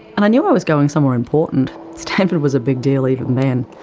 and i knew i was going somewhere important stanford was a big deal even then,